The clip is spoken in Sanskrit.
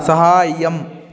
सहायम्